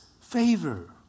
favor